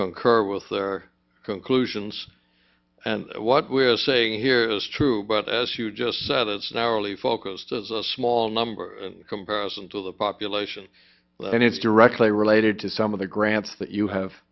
concur with their conclusions and what we're saying here is true but as you just said it's narrowly focused as a small number in comparison to the population and it's directly related to some of the grants that you have